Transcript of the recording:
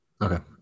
Okay